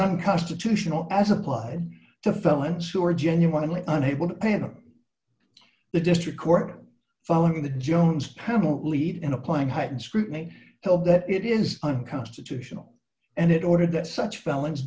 unconstitutional as applied to felons who are genuinely unable to pay them the district court them following the jones panel lead in applying heightened scrutiny held that it is unconstitutional and it ordered that such felons